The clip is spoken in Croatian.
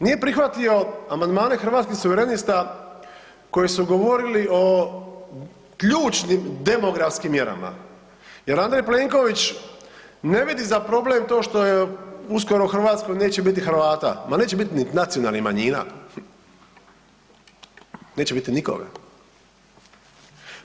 Nije prihvatio amandmane Hrvatskih suverenista koji su govorili o ključnim demografskim mjerama jer Andrej Plenković ne vidi za problem to što je uskoro u Hrvatskoj neće biti Hrvata, ma neće biti nit nacionalnih manjina, neće biti nikoga.